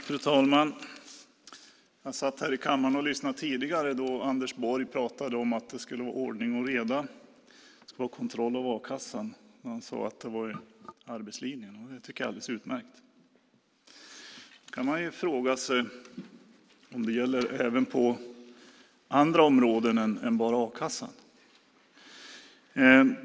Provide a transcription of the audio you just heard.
Fru talman! Jag satt här i kammaren och lyssnade tidigare då Anders Borg pratade om att det ska vara ordning och reda och kontroll av a-kassan. Han sade att det var arbetslinjen. Det tycker jag är alldeles utmärkt. Då kan man fråga sig om det gäller på även andra områden än bara a-kassan.